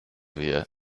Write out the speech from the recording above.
wir